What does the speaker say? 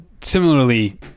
similarly